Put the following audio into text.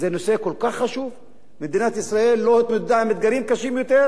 מדינת ישראל לא התמודדה עם אתגרים קשים יותר במסגרת התקנון הקיים?